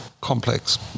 complex